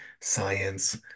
science